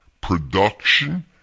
Production